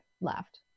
left